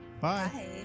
Bye